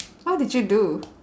how did you do